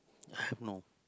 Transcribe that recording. no